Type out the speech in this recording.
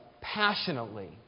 passionately